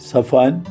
Safan